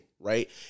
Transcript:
Right